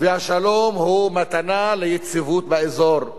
והשלום הוא מתנה ליציבות באזור,